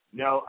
no